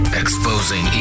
exposing